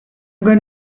going